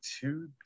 two